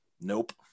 Nope